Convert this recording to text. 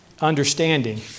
understanding